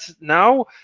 now